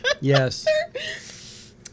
yes